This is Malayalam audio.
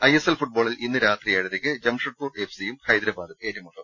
ഐ എസ് എൽ ഫുട്ബോളിൽ ഇന്ന് രാത്രി ഏഴരയ്ക്ക് ജംഷഡ്പൂർ എഫ് സിയും ഹൈദരബാദും ഏറ്റുമുട്ടും